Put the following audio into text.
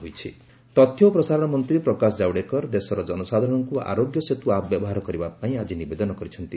କାଓ଼ଡେକର Aarogya Setu app ତଥ୍ୟ ଓ ପ୍ରସାରଣ ମନ୍ତ୍ରୀ ପ୍ରକାଶ ଜାଓଡେକର ଦେଶର ଜନସାଧାରଣଙ୍କ ଆରୋଗ୍ୟ ସେତୁ ଆପ୍ ବ୍ୟବହାର କରିବା ପାଇଁ ଆଜି ନିବେଦନ କରିଛନ୍ତି